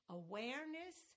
awareness